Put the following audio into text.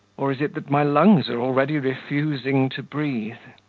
or is it that my lungs are already refusing to breathe?